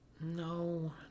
No